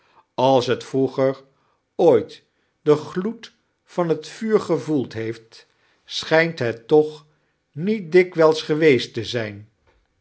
alls net vroeger ooiit den gloed van het vuur gevoeld heeft schijnt bet toch niet dikwijls geweest te zijn